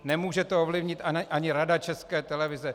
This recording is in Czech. Nemůže to ovlivnit ani Rada České televize.